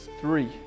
Three